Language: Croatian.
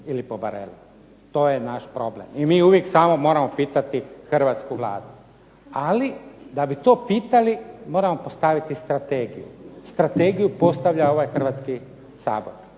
ili po barelu. To je naš problem. I mi uvijek samo moramo pitati Hrvatsku vladu. Ali da bi to pitali moramo postaviti strategiju. Strategiju postavlja ovaj Hrvatski sabor.